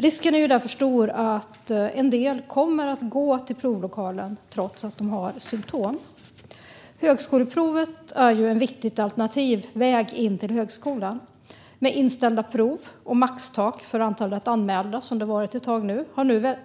Risken är därför stor att en del kommer att gå till provlokalen trots att de har symtom. Högskoleprovet är en viktig alternativ väg in till högskola. Med inställda prov och maxtak för antalet anmälda, som det har varit ett tag,